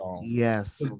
Yes